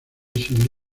racing